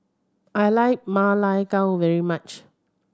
I like Ma Lai Gao very much